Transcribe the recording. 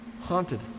...haunted